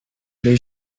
les